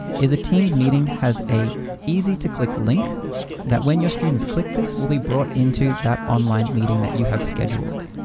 is that teams meeting has a easy to click link that when your students click this, will be brought into that online meeting that you have scheduled.